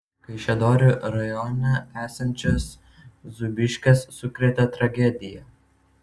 kaišiadorių rajone esančias zūbiškes sukrėtė tragedija